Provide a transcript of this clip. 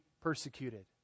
persecuted